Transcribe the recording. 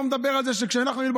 אני לא מדבר על זה שכשאנחנו היינו עם